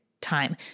time